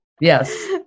Yes